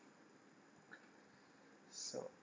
so